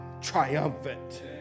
triumphant